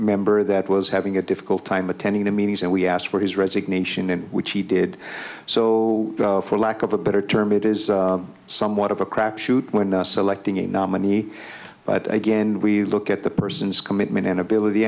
member that was having a difficult time attending the meetings and we asked for his resignation in which he did so for lack of a better term it is somewhat of a crapshoot when selecting a nominee but again we look at the person's commitment and ability